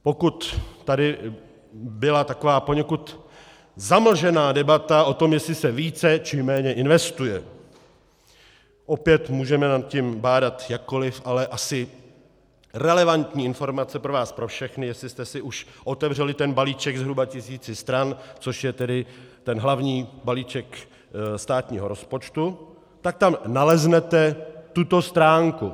Pokud tady byla taková poněkud zamlžená debata o tom, jestli se více, či méně investuje opět můžeme nad tím bádat jakkoliv, ale asi relevantní informace pro vás pro všechny, jestli jste si už otevřeli ten balíček zhruba tisíci stran, což je tedy ten hlavní balíček státního rozpočtu, tak tam naleznete tuto stránku .